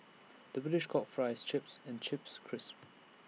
the British calls Fries Chips and Chips Crisps